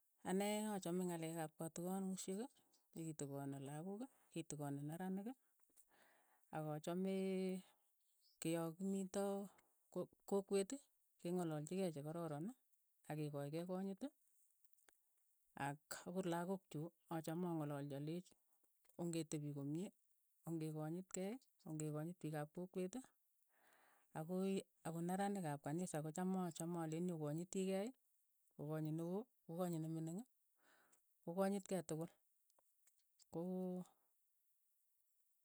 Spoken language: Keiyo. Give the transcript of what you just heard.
Anee achame ngalek ap katikanushek, che kitikane lakok, kitikani neranik, ak achame ke ya kimito ko- kokwet ii, ke ngalalchi kei ke kororon, ak ke kochkei konyit. ak akot lakok chuk achame angalalchi aleech ongetepii komye, ongekanyit kei, ongekanyit piik ap kokwet akoi akot neranik ap kanisa kocham achame alechini okanyiti kei, okanyit ne oo, okanyit ne mining, kokanyit kei tukul, koo.